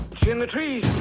geometry